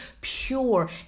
pure